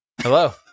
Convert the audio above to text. Hello